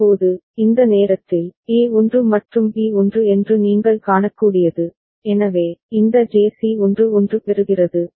இப்போது இந்த நேரத்தில் A 1 மற்றும் B 1 என்று நீங்கள் காணக்கூடியது எனவே இந்த JC 1 1 பெறுகிறது